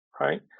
right